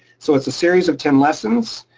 so it's a series of ten lessons,